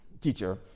teacher